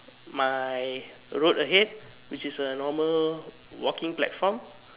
my road ahead which is a normal walking platform